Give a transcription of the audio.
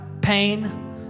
pain